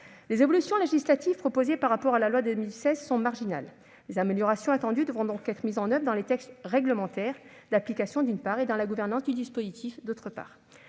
Les évolutions législatives proposées par rapport à la loi de 2016 sont marginales. Les améliorations attendues devront donc être mises en oeuvre dans les textes réglementaires d'application, d'une part, et dans la gouvernance du dispositif, d'autre part.